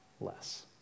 less